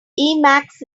emacs